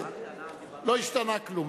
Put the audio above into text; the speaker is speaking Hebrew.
לא השתנה כלום.